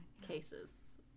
cases